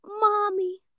mommy